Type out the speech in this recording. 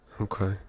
Okay